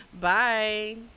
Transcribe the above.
Bye